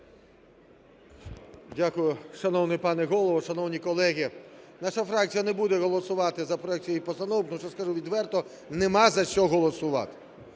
Дякую. Шановний пане Голово, шановні колеги, наша фракція не буде голосувати за проект цієї постанови, тому що, скажу відверто, немає за що голосувати.